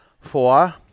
four